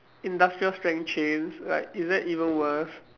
industrial strength chains like is that even worse